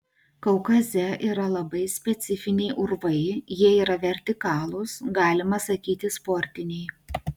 kaukaze yra labai specifiniai urvai jie yra vertikalūs galima sakyti sportiniai